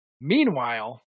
Meanwhile